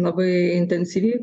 labai intensyviai